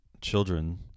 Children